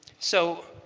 so